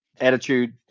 Attitude